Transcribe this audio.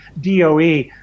DOE